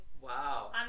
Wow